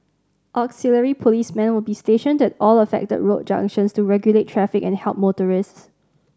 auxiliary policemen will be stationed at all affected road junctions to regulate traffic and help motorists